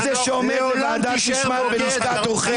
הוא זה שעומד בוועדת משמעת בלשכת עורכי